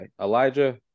Elijah